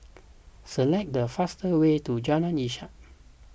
select the fastest way to Jalan Ishak